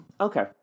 Okay